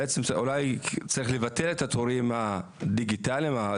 אולי צריך לבטל את התורים הדיגיטליים.